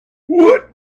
what